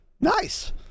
Nice